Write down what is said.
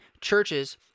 churches